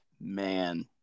Man